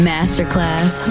Masterclass